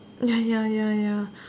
ya ya ya ya